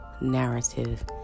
narrative